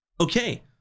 Okay